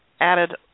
added